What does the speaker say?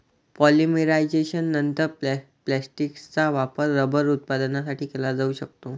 पॉलिमरायझेशननंतर, फॅक्टिसचा वापर रबर उत्पादनासाठी केला जाऊ शकतो